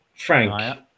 Frank